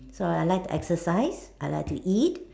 so I like to exercise I like to eat